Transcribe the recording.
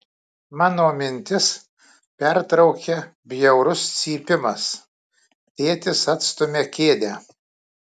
mano mintis pertraukia bjaurus cypimas tėtis atstumia kėdę